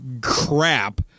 crap